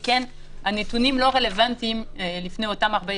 שכן הנתונים לא רלוונטיים לפני אותם 14